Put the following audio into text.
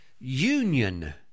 Union